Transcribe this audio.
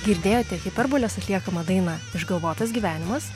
girdėjote hiperbolės atliekamą dainą išgalvotas gyvenimas